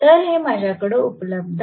तर हे माझ्याकडे उपलब्ध आहेत